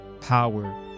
power